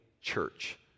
church